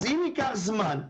אם ייקח זמן,